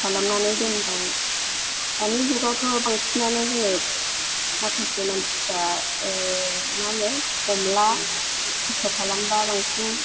खालामनानै दोनबाय दानि जुगआवथ' बांसिनानो जोङो माखासे मानसिफ्रा मा होनो हमला खस्थ' खालामला बांसिन